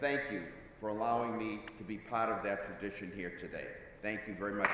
thank you for allowing me to be part of that decision here today thank you very much